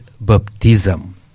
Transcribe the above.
Baptism